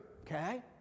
okay